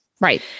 Right